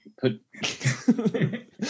put